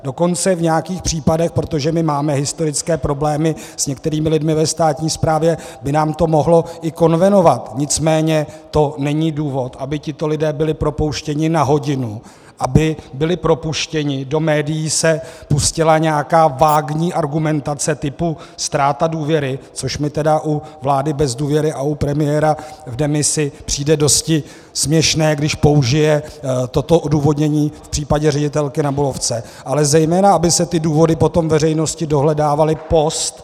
Dokonce v nějakých případech, protože my máme historické problémy s některými lidmi ve státní správě, by nám to mohlo i konvenovat, nicméně to není důvod, aby tito lidé byli propouštěni na hodinu, aby byli propuštěni a do médií se pustila nějaká vágní argumentace typu ztráta důvěry, což mi tedy u vlády bez důvěry a u premiéra v demisi přijde dosti směšné, když použije toto odůvodnění v případě ředitelky na Bulovce, ale zejména aby se ty důvody potom veřejnosti dohledávaly post .